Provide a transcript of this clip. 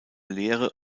lehre